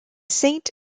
saint